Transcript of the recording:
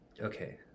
Okay